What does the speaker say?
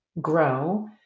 grow